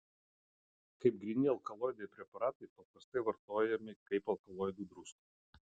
kaip gryni alkaloidai preparatai paprastai vartojami kaip alkaloidų druskos